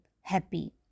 Happy